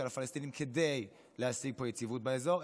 הפלסטינים כדי להשיג פה יציבות באזור,